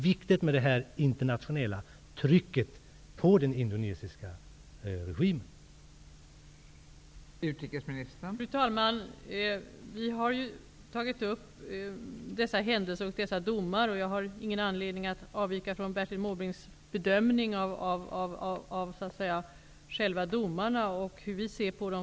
Det internationella trycket på den indonesiska regimen är viktigt.